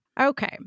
Okay